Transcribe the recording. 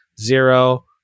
zero